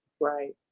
Right